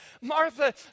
Martha